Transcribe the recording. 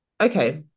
Okay